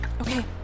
Okay